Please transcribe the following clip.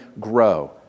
grow